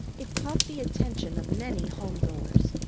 it caught the attention of many home-goers,